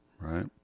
right